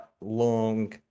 long